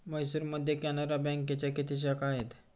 म्हैसूरमध्ये कॅनरा बँकेच्या किती शाखा आहेत?